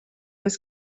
was